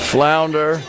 Flounder